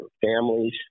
families